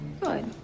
Good